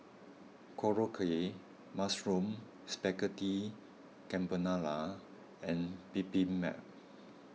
Korokke Mushroom Spaghetti Carbonara and Bibimbap